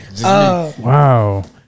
Wow